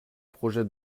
projet